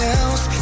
else